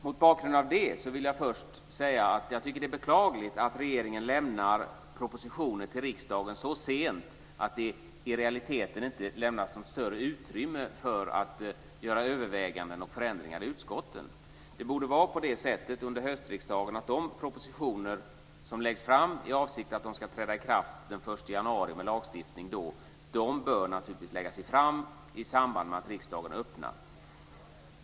Mot bakgrund av det vill jag först säga att jag tycker att det är beklagligt att regeringen lämnar propositioner till riksdagen så sent att det i realiteten inte lämnas något större utrymme för att göra överväganden om förändringar i utskotten. Det borde vara på det sättet under höstriksdagen att de propositioner som läggs fram i avsikt att lagstiftningen ska träda i kraft den 1 januari naturligtvis bör läggas fram i samband med att riksdagen öppnar.